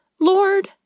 Lord